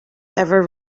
ever